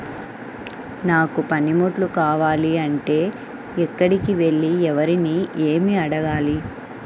నాకు పనిముట్లు కావాలి అంటే ఎక్కడికి వెళ్లి ఎవరిని ఏమి అడగాలి?